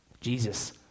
Jesus